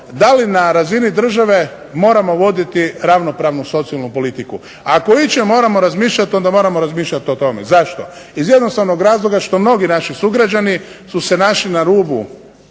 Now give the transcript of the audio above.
da li na razini države moramo voditi ravnopravnu socijalnu politiku. Ako o ičem moramo razmišljati onda moramo razmišljati o tome. Zašto? Iz jednostavnog razloga što mnogi naši sugrađani su se našli na rubu